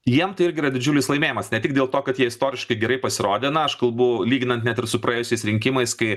jiem tai irgi yra didžiulis laimėjimas ne tik dėl to kad jie istoriškai gerai pasirodė na aš kalbu lyginant net ir su praėjusiais rinkimais kai